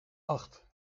acht